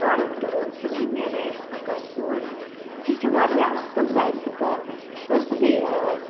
product اوٚن سُہ اوٚن مےٚ رایِس کُکَر سُہ اوس سُہ چھُ واریاہ اصٕل رایِس کُکَر تتھ گٔیہِ از